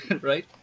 right